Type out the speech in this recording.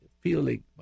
feeling